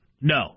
No